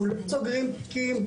אנחנו לא סוגרים תיקים.